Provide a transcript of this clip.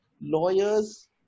lawyers